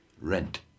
rent